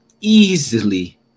easily